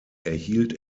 erhielt